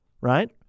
right